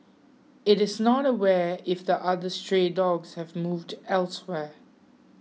it is not aware if the other stray dogs have moved elsewhere